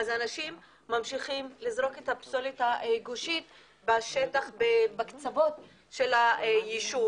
ואז אנשים ממשיכים לזרוק את הפסולת הגושית בקצוות של היישוב.